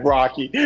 Rocky